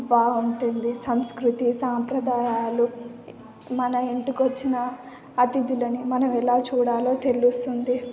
బాగుంటుంది సంస్కృతి సాంప్రదాయాలు మన ఇంటికి వచ్చిన అతిధులని మనం ఎలా చూడాలో తెలుస్తుంది